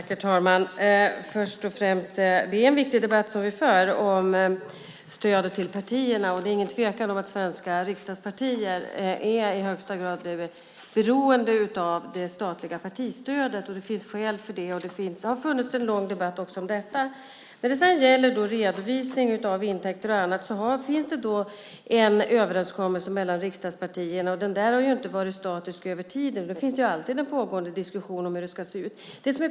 Herr talman! Den debatt som vi nu för om stödet till partierna är viktig. Det råder ingen tvekan om att svenska riksdagspartier i högsta grad är beroende av det statliga partistödet. Det finns skäl för det, och det har varit en lång debatt också om detta. När det gäller redovisningen av intäkter och annat finns det en överenskommelse mellan riksdagspartierna. Den har inte varit statisk över tiden, utan hela tiden pågår en diskussion om hur det ska se ut.